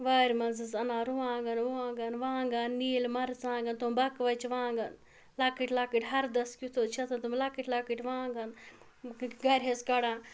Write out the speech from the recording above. وارِ منٛز حظ اَنان رُوانٛگن وُوانٛگَن وانٛگَن نیٖلۍ مَرژانٛگَن تٕم بَکٕوَچہِ وانٛگَن لَکٕٹۍ لَکٕٹۍ ہَردَس کیُتھ حظ چھِ آسان تٕم لَکٕٹۍ لَکٕٹۍ وانٛگَن گَرِ حظ کَڑان